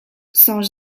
sans